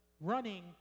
running